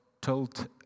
told